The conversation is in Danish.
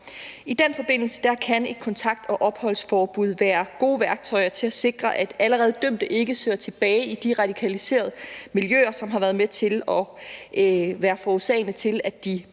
I den forbindelse kan kontakt- og opholdsforbud være gode værktøjer til at sikre, at allerede dømte ikke sidder tilbage i de radikaliserede miljøer, som har været med til at forårsage, at de begår